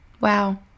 Wow